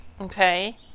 okay